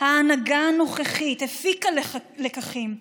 ההנהגה הנוכחית, הפיקה לקחים,